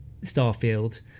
Starfield